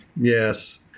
Yes